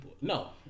no